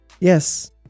Yes